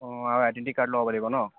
অঁ আৰু identity card লগাব লাগিব ন